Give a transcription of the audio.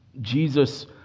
Jesus